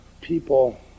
people